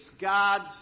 God's